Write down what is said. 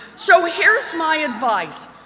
so here's my advice.